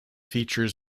features